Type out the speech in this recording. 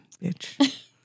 bitch